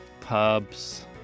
pubs